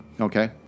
Okay